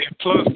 plus